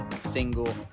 single